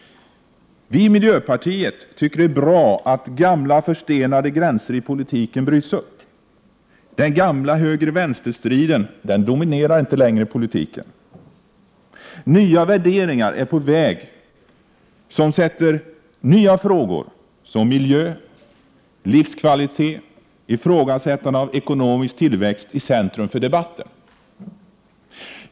Vi i miljöpartiet tycker det är bra att gamla förstenade gränser i politiken bryts upp. Den gamla höger—vänster-striden dominerar inte längre politiken. Nya värderingar är på väg, som sätter nya frågor som miljö, livskvalitet och ifrågasättande av ekonomisk tillväxt i centrum för debatten.